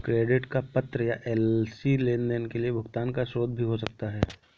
credit का पत्र या एल.सी लेनदेन के लिए भुगतान का स्रोत भी हो सकता है